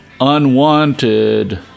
unwanted